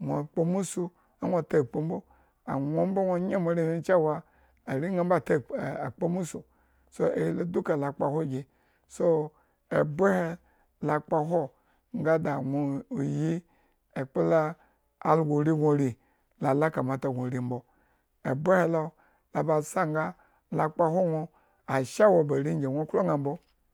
nwo kpo musu ma nwo atakpu mbo aña mbo nwo nye moarewhi cewa areyan mbo takpu nakpo musu mbo so ahi mbo duka la kpohwo gi, so, abye he la kpahwo nga ada nwo uyi la ekpla la argo ori ba nwo ri laa a ba nwo orimbo ebye he lo asa nga la kpohwo nwo ashe